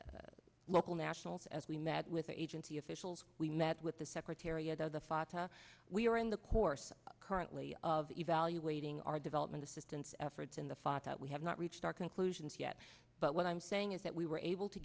with local nationals as we met with agency officials we met with the secretariat of the fatah we are in the course currently of evaluating our development assistance efforts in the fatah we have not reached our conclusions yet but what i'm saying is that we were able to